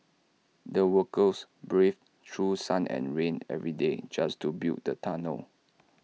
the workers braved through sun and rain every day just to build the tunnel